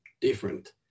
different